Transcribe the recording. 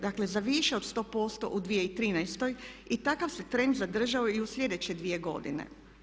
Dakle, za više od 100% u 2013. i takav se trend zadržao i u sljedeće dvije godine.